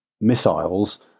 missiles